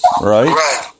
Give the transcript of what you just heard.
Right